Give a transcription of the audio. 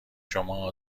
شما